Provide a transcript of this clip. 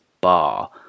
Bar